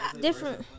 Different